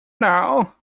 now